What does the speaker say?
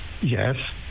yes